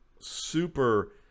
super